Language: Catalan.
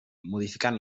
modificant